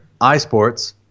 iSports